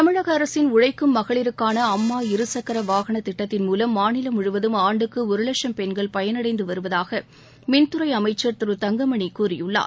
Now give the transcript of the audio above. தமிழக அரசின் உழைக்கும் மகளிருக்கான அம்மா இருசக்கர வாகன திட்டத்தின் மூலம் மாநிலம் முழுவதும் ஆண்டுக்கு ஒரு லட்சம் பெண்கள் பயனடைந்து வருவதாக மின்துறை அமைச்சா திரு தங்கமணி கூறியுள்ளார்